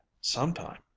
sometime